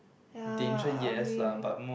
ya I'll be with